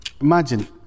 imagine